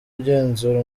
agenzura